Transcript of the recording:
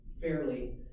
fairly